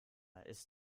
ist